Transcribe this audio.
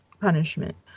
punishment